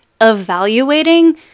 evaluating